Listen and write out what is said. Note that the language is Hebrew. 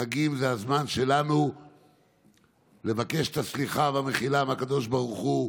החגים זה הזמן שלנו לבקש את הסליחה והמחילה מהקדוש ברוך הוא.